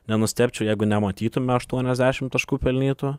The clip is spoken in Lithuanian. nenustebčiau jeigu nematytume aštuoniasdešim taškų pelnytų